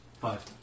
Five